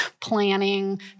planning